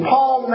Paul